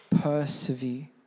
persevere